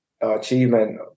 achievement